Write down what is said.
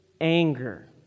anger